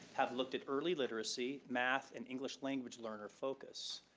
have looked at early literacy, math, and english language learner focus,